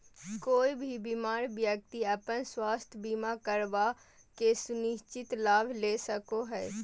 कोय भी बीमार व्यक्ति अपन स्वास्थ्य बीमा करवा के सुनिश्चित लाभ ले सको हय